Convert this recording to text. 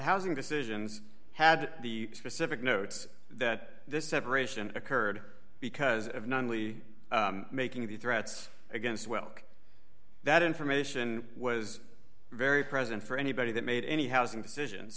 housing decisions had the specific notes that this separation occurred because of not only making the threats against well that information was very present for anybody that made any housing